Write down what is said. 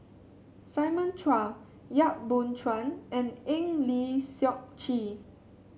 Simon Chua Yap Boon Chuan and Eng Lee Seok Chee